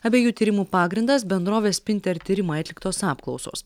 abiejų tyrimų pagrindas bendrovės spinter tyrimai atliktos apklausos